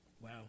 Wow